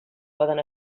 poden